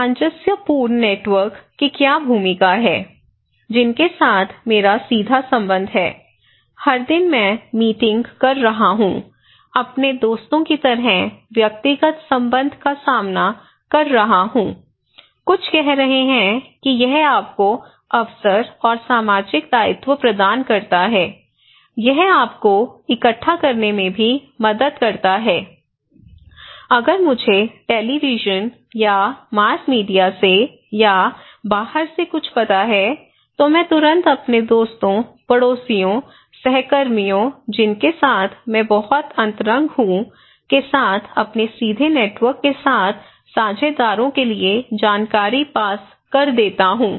सामंजस्यपूर्ण नेटवर्क की क्या भूमिका है जिनके साथ मेरा सीधा संबंध है हर दिन मैं मीटिंग कर रहा हूं अपने दोस्तों की तरह व्यक्तिगत संबंध का सामना कर रहा हूं कुछ कह रहे हैं कि यह आपको अवसर और सामाजिक दायित्व प्रदान करता है यह आपको इकट्ठा करने में भी मदद करता है अगर मुझे टेलीविज़न या मास मीडिया से या बाहर से कुछ पता है तो मैं तुरंत अपने दोस्तोंपड़ोसियों सहकर्मियों जिनके साथ मैं बहुत अंतरंग हूं के साथ अपने सीधे नेटवर्क के साझेदारों के लिए जानकारी पास कर देता हूं